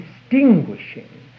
distinguishing